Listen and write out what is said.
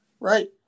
right